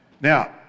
Now